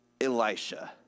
Elisha